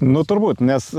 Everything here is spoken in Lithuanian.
nu turbūt nes